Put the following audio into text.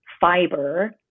fiber